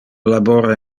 labora